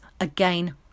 Again